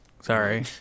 Sorry